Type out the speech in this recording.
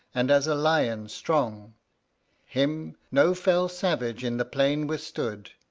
and as a lion strong him no fell savage in the plain withstood,